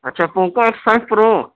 اچّھا Poco X five پرو